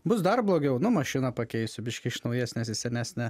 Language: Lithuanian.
bus dar blogiau nu mašiną pakeisiu biškį naujesnės į senesnę